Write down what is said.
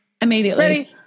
immediately